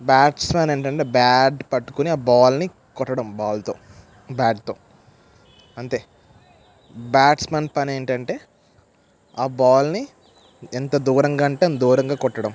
batsman ఏంటంటే bat పట్టుకుని ఆ బాల్ని కొట్టడం బాల్తో బ్యాట్తో అంతే బ్యాట్స్మెన్ పని ఏంటంటే ఆ బాల్ని ఎంత దూరంగా అంటే అంత దూరంగా కొట్టడం